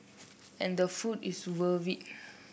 and the food is worth it